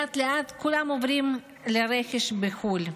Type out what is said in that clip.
לאט-לאט כולם עוברים לרכש בחו"ל.